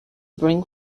bring